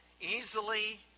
easily